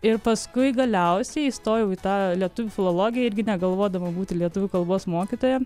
ir paskui galiausiai įstojau į tą lietuvių filologiją irgi negalvodama būti lietuvių kalbos mokytoja